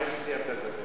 אחרי שסיימת לדבר.